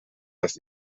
das